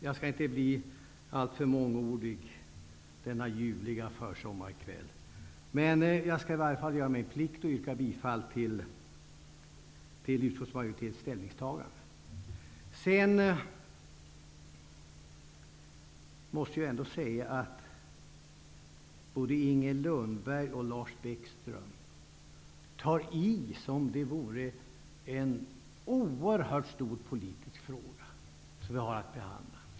Jag skall inte bli alltför mångordig denna ljuvliga försommarkväll, men jag skall i varje fall göra min plikt och yrka bifall till utskottsmajoritetens ställningstagande. Jag måste ändå säga att både Inger Lundberg och Lars Bäckström tar i som om det vore en oerhört stor politisk fråga vi har att behandla.